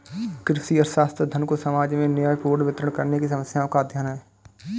कृषि अर्थशास्त्र, धन को समाज में न्यायपूर्ण वितरण करने की समस्याओं का अध्ययन है